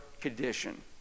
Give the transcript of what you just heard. condition